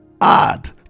Add